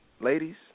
ladies